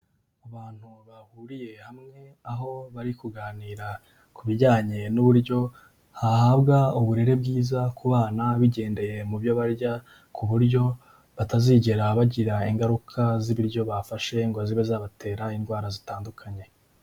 Abantu bahuriye hamwe, aho bari kuganira ku bijyanye n'uburyo hahabwa uburere bwiza ku bana bigendeye mu byo barya, ku buryo batazigera bagira ingaruka z'ibiryo bafashe ngo zibe zabatera indwara zitandukanye.